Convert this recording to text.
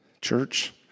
Church